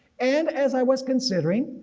and as i was considering,